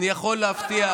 אני יכול להבטיח,